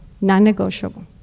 non-negotiable